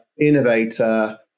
innovator